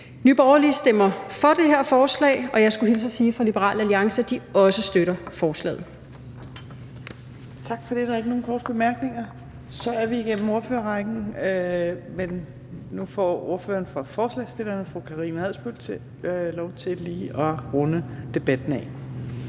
Nye Borgerlige stemmer for det her forslag, og jeg skulle hilse og sige fra Liberal Alliance, at de også støtter forslaget. Kl. 18:17 Fjerde næstformand (Trine Torp): Tak for det. Der er ikke nogen korte bemærkninger. Så er vi igennem ordførerrækken. Nu får ordføreren for forslagsstillerne fru Karina Adsbøl lov til lige at runde debatten af.